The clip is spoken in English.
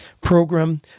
program